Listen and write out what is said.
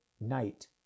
night